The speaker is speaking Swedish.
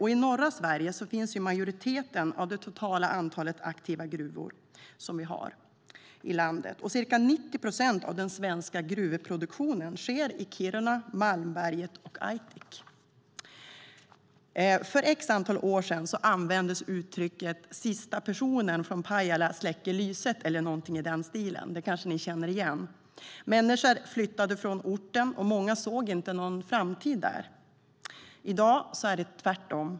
I norra Sverige finns majoriteten av det totala antalet aktiva gruvor som vi har i landet. Ca 90 procent av den svenska gruvproduktionen sker i Kiruna, Malmberget och Aitik. För x antal år sedan användes uttrycket Sista personen från Pajala släcker lyset, eller någonting i den stilen. Det kanske ni känner igen. Människor flyttade från orten. Många såg inte någon framtid där. I dag är det tvärtom.